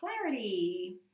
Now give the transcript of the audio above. Clarity